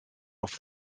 off